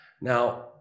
Now